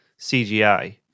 CGI